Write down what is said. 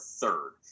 third